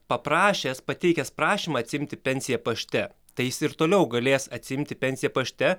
paprašęs pateikęs prašymą atsiimti pensiją pašte tai jis ir toliau galės atsiimti pensiją pašte